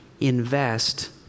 invest